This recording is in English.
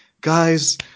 guys